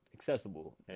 accessible